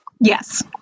Yes